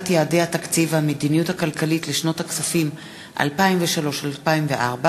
יעדי התקציב והמדיניות הכלכלית לשנות הכספים 2003 ו-2004)